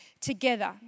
together